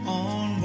on